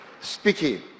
speaking